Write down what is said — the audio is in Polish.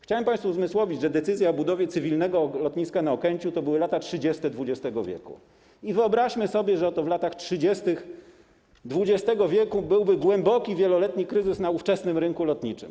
Chciałem państwu uzmysłowić, że decyzja o budowie cywilnego lotniska na Okęciu to były lata 30. XX w. I wyobraźmy sobie, że oto w latach 30. XX w. byłby głęboki, wieloletni kryzys na ówczesnym rynku lotniczym.